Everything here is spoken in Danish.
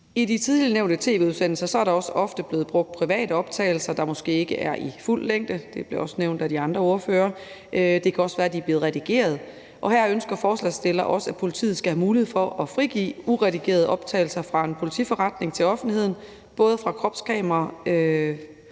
I de tidligere nævnte tv-udsendelser er der også ofte blevet brugt private optagelser, der måske ikke er i fuld længde. Det blev også nævnt af de andre ordførere. Det kan også være, at de er blevet redigeret. Her ønsker forslagsstillerne også, at politiet skal have mulighed for at frigive uredigerede optagelser fra en politiforretning til offentligheden, både fra kropskameraer